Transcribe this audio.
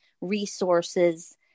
resources